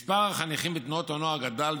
מספר החניכים בתנועות הנוער גדל,